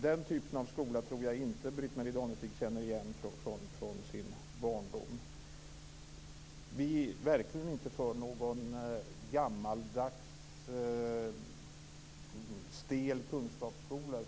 Den typen av skola tror jag inte att Britt-Marie Danestig känner igen från sin barndom. Vi är verkligen inte för någon gammaldags stel kunskapsskola.